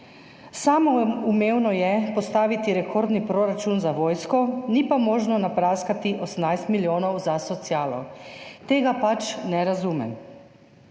Samoumevno je postaviti rekordni proračun za vojsko, ni pa možno napraskati 18 milijonov za socialo. Tega pač ne razumem.